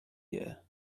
year